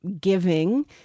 giving